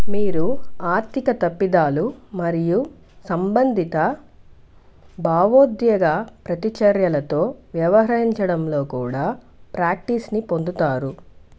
మీరు ఆర్థిక తప్పిదాలు మరియు సంబంధిత భావోద్వేగ ప్రతిచర్యలతో వ్యవహరించడంలో కూడా ప్రాక్టీస్ని పొందుతారు